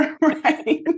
right